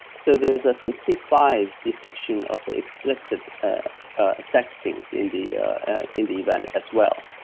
so there's ah fifty five depiction of explicit sex scenes in the in the event as well.